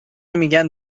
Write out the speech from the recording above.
میگن